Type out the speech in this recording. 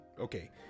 okay